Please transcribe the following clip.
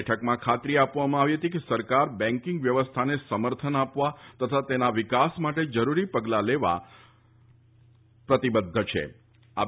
બેઠકમાં ખાતરી આપવામાં આવી હતી કે સરકાર બેન્કિંગ વ્યવસ્થાને સમર્થન આપવા તથા તેના વિકાસ માટે જરૂરી પગલાં લેવા જરૂરી પગલાં લેશે